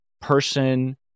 person